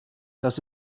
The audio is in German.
dass